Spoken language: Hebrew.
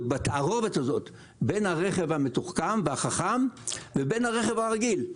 הזאת בין הרכב המתוחכם והחכם לבין הרכב הרגיל.